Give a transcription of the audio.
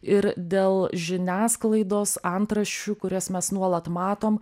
ir dėl žiniasklaidos antraščių kurias mes nuolat matom